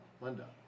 Linda